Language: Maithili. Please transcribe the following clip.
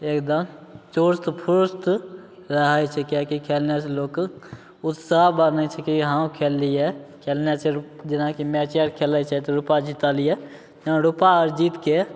एगदम चुस्त फ्रुस्त रहै छै किएकि खेले से लोकके उत्साह बनै छिकै हँ खेललियै खेले से जेनाकि मैचे आर खेलै छै तऽ रूपा जीतलियै तऽ रूपा आओर जीतके